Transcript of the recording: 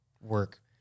work